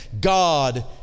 God